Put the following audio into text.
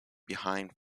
behind